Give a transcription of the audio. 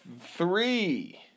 Three